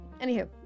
Anywho